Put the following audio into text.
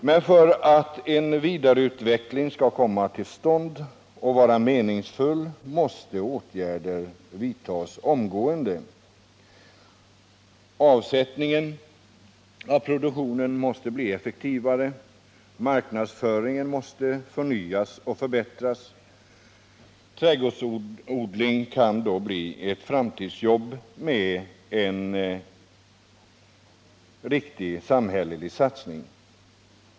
Men för att en vidareutveckling skall komma till stånd och vara meningsfull måste åtgärder vidtas omgående. Avsättningen av produkterna måste bli effektivare, marknadsföringen måste förnyas och förbättras. Trädgårdsodling kan bli ett framtidsjobb med en riktig samhällelig satsning.